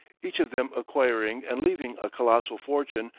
each of them acquiring and leaving a colossal fortune,